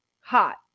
hot